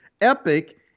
Epic